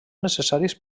necessaris